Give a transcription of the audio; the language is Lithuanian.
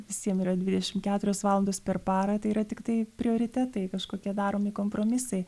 visiem yra dvidešim keturias valandos per parą tai yra tiktai prioritetai kažkokie daromi kompromisai